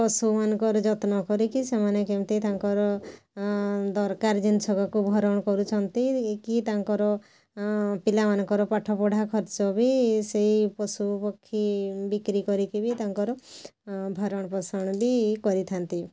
ପଶୁମାନଙ୍କର ଯତ୍ନ କରିକି ସେମାନେ କେମିତି ତାଙ୍କର ଦରକାର ଜିନିଷଗକୁ ଭରଣ କରୁଛନ୍ତି କି ତାଙ୍କର ପିଲାମାନଙ୍କର ପାଠ ପଢ଼ା ଖର୍ଚ୍ଚ ବି ସେଇ ପଶୁ ପକ୍ଷୀ ବିକ୍ରି କରିକି ବି ତାଙ୍କର ଭରଣ ପୋଷଣ ବି କରିଥାଆନ୍ତି